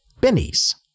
Benny's